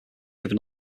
given